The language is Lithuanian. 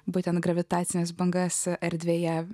būtent gravitacines bangas erdvėje